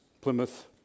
Plymouth